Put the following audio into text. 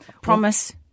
Promise